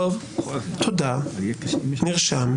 תודה, נרשם.